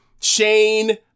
Shane